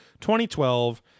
2012